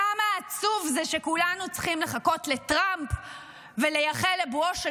כמה עצוב זה שכולנו צריכים לחכות לטראמפ ולייחל לבואו של